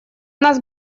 нас